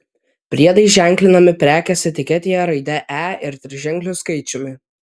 priedai ženklinami prekės etiketėje raidė e ir triženkliu skaičiumi